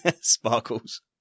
Sparkles